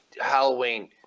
Halloween